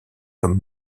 comme